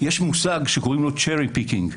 יש מושג שקוראים לו "Cherry picking",